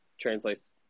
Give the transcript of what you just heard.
translates